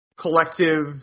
collective